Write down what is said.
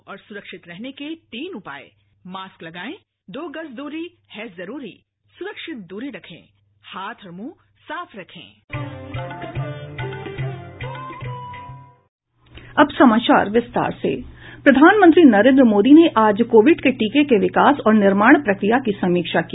promo प्रधानमंत्री नरेन्द्र मोदी ने आज कोविड के टीके के विकास और निर्माण प्रक्रिया की समीक्षा की